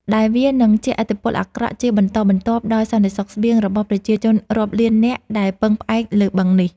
ដែលវានឹងជះឥទ្ធិពលអាក្រក់ជាបន្តបន្ទាប់ដល់សន្តិសុខស្បៀងរបស់ប្រជាជនរាប់លាននាក់ដែលពឹងផ្អែកលើបឹងនេះ។